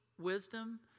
wisdom